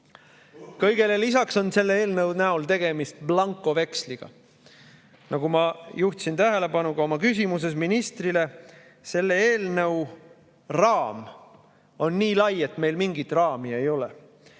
Kõigele lisaks on selle eelnõu näol tegemist blankoveksliga. Nagu ma juhtisin tähelepanu ka oma küsimuses ministrile, on selle eelnõu raam nii lai, et mingit raami ei ole.